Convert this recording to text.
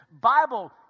Bible